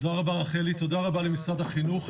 תודה רבה רחלי, תודה רבה למשרד החינוך.